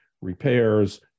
repairs